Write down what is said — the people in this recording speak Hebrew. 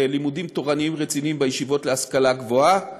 לימודים תורניים רציניים בישיבות ובמוסדות להשכלה גבוהה,